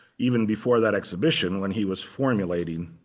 even before that exhibition when he was formulating